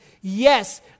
Yes